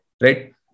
right